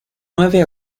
nueve